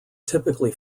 typically